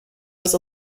was